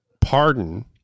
pardon